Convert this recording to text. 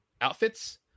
outfits